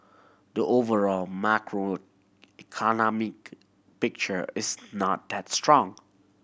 the overall macroeconomic picture is not that strong